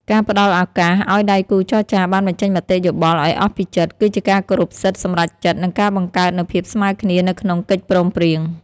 ការផ្តល់ឱកាសឱ្យដៃគូចរចាបានបញ្ចេញមតិយោបល់ឱ្យអស់ពីចិត្ត គឺជាការគោរពសិទ្ធិសម្រេចចិត្ត និងការបង្កើតនូវភាពស្មើគ្នានៅក្នុងកិច្ចព្រមព្រៀង។